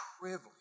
privilege